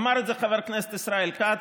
אמר את זה חבר הכנסת ישראל כץ.